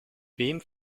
wem